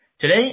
Today